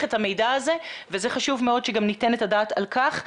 את המידע הזה וזה חשוב מאוד שגם ניתן את הדעת על כך.